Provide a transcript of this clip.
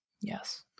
Yes